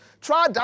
Try